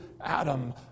Adam